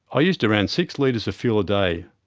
i used around six litres of fuel a day,